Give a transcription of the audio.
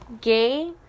Gay